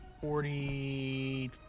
Forty